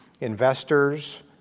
investors